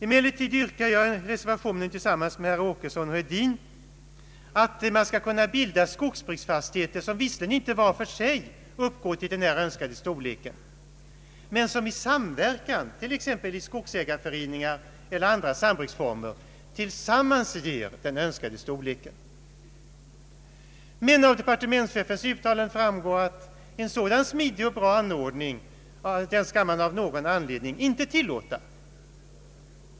Emellertid yrkar jag i reservationen tillsammans med herrar Åkesson och Hedin att man skall kunna bilda skogsbruksfastigheter som visserligen inte var för sig uppgår till denna storlek men som i samverkan, t.ex. i skogsägarföreningar eller andra samarbetsformer, ger den önskade storleken. Av departementschefens uttalande framgår att en sådan smidig inställning av någon anledning inte skall tillåtas.